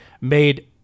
made